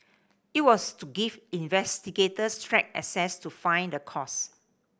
it was to give investigators track access to find the cause